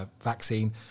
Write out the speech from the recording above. vaccine